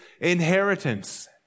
inheritance